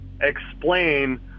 explain